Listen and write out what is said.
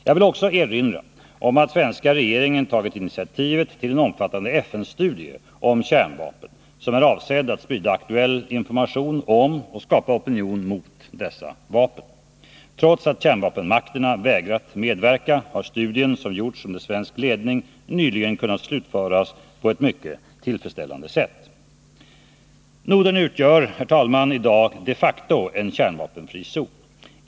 Jag vill erinra om att svenska regeringen tagit initiativet till en omfattande FN-studie om kärnvapen, som är avsedd att sprida aktuell information om och skapa opinion mot dessa vapen. Trots att kärnvapenmakterna vägrat medverka har studien, som gjorts under svensk ledning, nyligen kunnat slutföras på ett mycket tillfredsställande sätt. Herr talman! Norden utgör i dag de facto en kärnvapenfri zon.